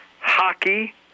hockey